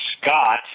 Scott